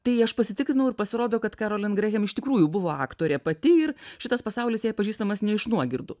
tai aš pasitikrinau ir pasirodo kad kerolin grehem iš tikrųjų buvo aktorė pati ir šitas pasaulis jai pažįstamas ne iš nuogirdų